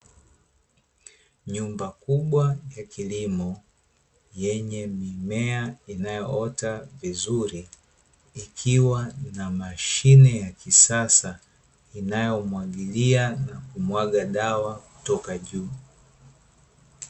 Nyumba kubwa ya kilimo yenye mimea inayoota vizuri, ikiwa na mashine ya kisasa inayomwagilia na kumwaga dawa kutoka juu.